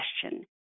question